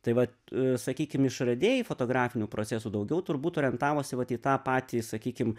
tai vat sakykim išradėjai fotografinių procesų daugiau turbūt orientavosi vat į tą patį sakykim